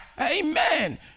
Amen